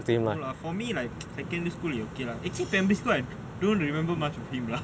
no lah for me like secondary school is okay lah actually like primary school I don't remember much of him lah